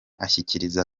ashyikiriza